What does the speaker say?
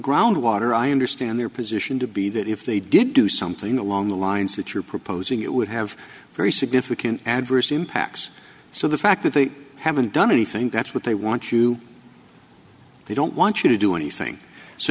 ground water i understand their position to be that if they did do something along the lines that you're proposing you would have very significant adverse impacts so the fact that they haven't done anything that's what they want you they don't want you to do anything so